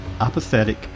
apathetic